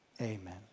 amen